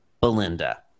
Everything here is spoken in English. Belinda